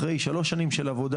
אחרי שלוש שנים של עבודה,